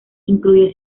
incluye